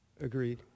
agreed